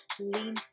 Lean